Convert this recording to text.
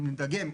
אני מדגים,